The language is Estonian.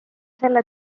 selle